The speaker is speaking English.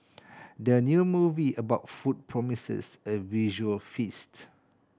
the new movie about food promises a visual feast